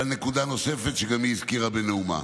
ועל נקודה נוספת שהיא גם הזכירה בנאומה.